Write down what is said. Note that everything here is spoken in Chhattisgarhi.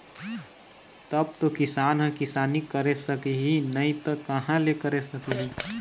तब तो किसान ह किसानी करे सकही नइ त कहाँ ले करे सकही